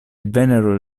vennero